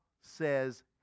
says